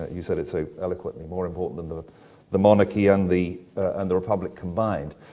you said it so eloquently, more important than the the monarchy and the and the republic combined.